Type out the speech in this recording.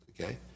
okay